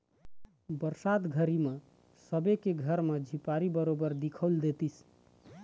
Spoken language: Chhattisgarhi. बरसात घरी म सबे के घर म झिपारी बरोबर दिखउल देतिस